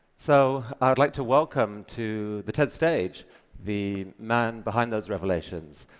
so i would like to welcome to the ted stage the man behind those revelations,